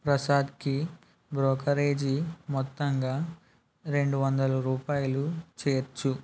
ప్రసాద్కి brokerage మొత్తంగా రెండు వందల రూపాయలు చేర్చు